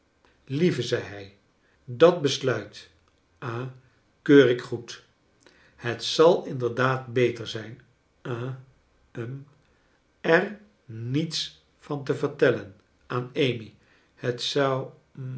lieve zei hij dat besluit ha keur ik good het zal inderdaad beter zijn ha hm er niets van te vertellen aan amy het zou